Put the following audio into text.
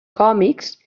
còmics